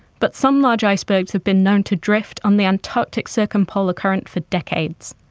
but some large icebergs have been known to drift on the antarctic circumpolar current for decades.